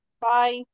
bye